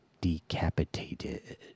decapitated